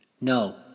No